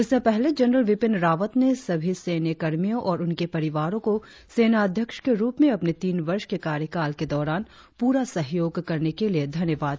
इससे पहले जनरल विपिन रावत ने सभी सैन्य कर्मियों और उनके परिवारों को सेनाध्यक्ष के रुप में अपने तीन वर्ष के कार्यकाल के दौरान पूरा सहयोग करने के लिए धन्यवाद दिया